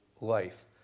life